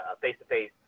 face-to-face